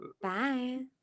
Bye